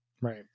Right